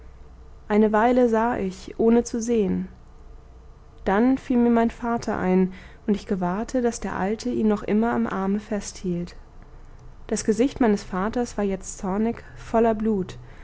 eine weile sah ich ohne zu sehen dann fiel mir mein vater ein und ich gewahrte daß der alte ihn noch immer am arme festhielt das gesicht meines vaters war jetzt zornig voller blut